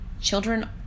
Children